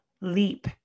leap